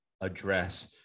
address